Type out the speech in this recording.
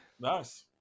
Nice